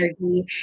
energy